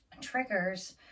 Triggers